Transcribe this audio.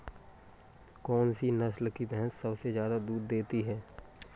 कौन सी नस्ल की भैंस सबसे ज्यादा दूध देती है?